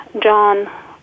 John